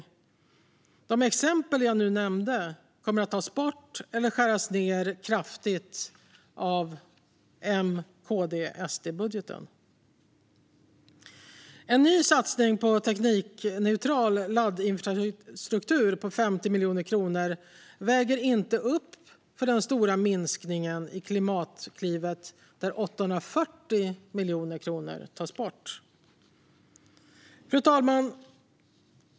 De exempel jag nu nämnde kommer att tas bort eller skäras ned kraftigt i och med M-KD-SD-budgeten. En ny satsning på teknikneutral laddinfrastruktur på 50 miljoner kronor väger inte upp för den stora minskningen i Klimatklivet, där 840 miljoner kronor tas bort. Fru talman!